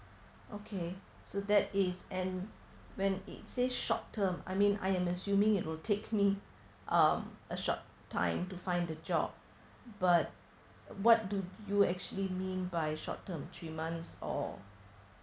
okay so that is and when it says short term I mean I am assuming it will take me um a short time to find the job but what do you actually mean by short term three months or